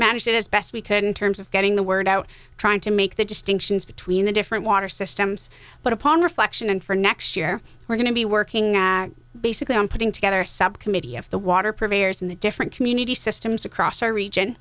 managed it as best we could in terms of getting the word out trying to make the distinctions between the different water systems but upon reflection and for next year we're going to be working basically on putting together a subcommittee of the water purveyors in the different community systems across our region